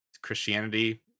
Christianity